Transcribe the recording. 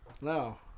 No